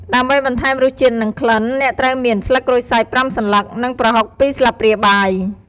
ដើម្បីបន្ថែមរសជាតិនិងក្លិន អ្នកត្រូវមាន ស្លឹកក្រូចសើច ៥ សន្លឹក និង ប្រហុក ២ ស្លាបព្រាបាយ។